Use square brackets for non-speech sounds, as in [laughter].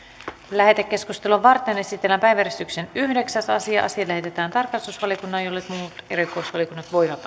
lähetekeskustelua varten esitellään päiväjärjestyksen yhdeksäs asia asia lähetetään tarkastusvaliokuntaan jolle muut erikoisvaliokunnat voivat [unintelligible]